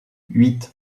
huit